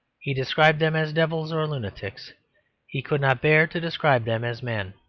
he described them as devils or lunatics he could not bear to describe them as men.